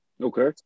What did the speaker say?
okay